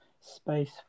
space